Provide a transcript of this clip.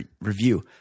review